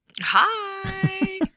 hi